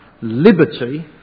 liberty